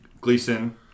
Gleason